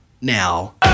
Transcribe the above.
now